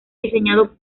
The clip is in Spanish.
diseñado